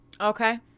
okay